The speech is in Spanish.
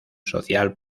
social